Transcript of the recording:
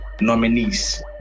nominees